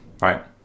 right